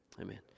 Amen